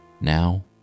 Now